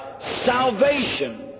salvation